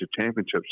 championships